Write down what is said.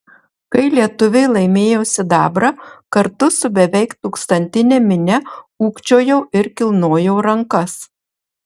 kai lietuviai laimėjo sidabrą kartu su beveik tūkstantine minia ūkčiojau ir kilnojau rankas